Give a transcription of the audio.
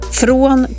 från